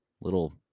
little